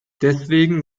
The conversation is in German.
deswegen